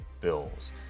Bills